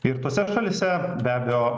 ir tose šalyse be abejo